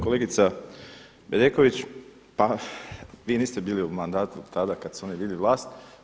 Kolegice Bedeković, vi niste bili u mandatu tada kad su oni bili vlast.